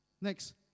Next